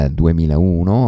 2001